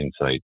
insight